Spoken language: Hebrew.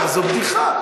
זו בדיחה.